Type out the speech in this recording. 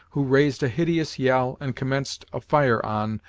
who raised a hideous yell and commenced a fire on,